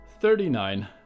Thirty-nine